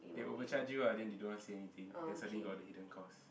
they overcharge you ah then they don't say anything then suddenly got the hidden cost